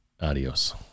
Adios